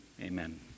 amen